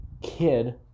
kid